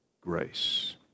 grace